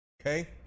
Okay